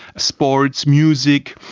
sports, music,